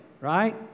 right